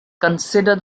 consider